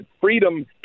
freedom